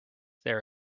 there